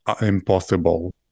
impossible